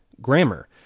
grammar